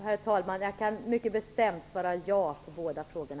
Herr talman! Jag kan mycket bestämt svara ja på båda frågorna.